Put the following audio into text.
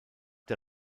der